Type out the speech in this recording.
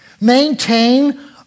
Maintain